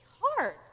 hard